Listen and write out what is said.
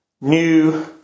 new